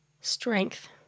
Strength